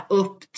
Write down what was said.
upp